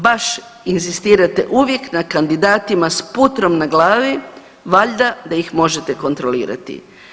Baš inzistirate uvijek na kandidatima s putrom na glavi, valjda da ih možete kontrolirati.